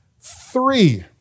Three